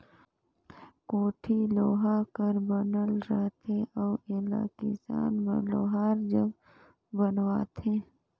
कोड़ी लोहा कर बनल रहथे अउ एला किसान मन लोहार जग बनवाथे